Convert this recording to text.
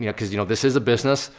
yeah cause you know, this is a business,